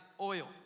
oil